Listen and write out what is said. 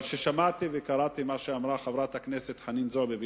אבל כששמעתי וקראתי מה שאמרה חברת הכנסת חנין זועבי,